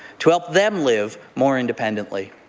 to help them live more independently.